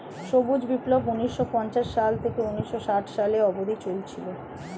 সবুজ বিপ্লব ঊন্নিশো পঞ্চাশ সাল থেকে ঊন্নিশো ষাট সালে অব্দি চলেছিল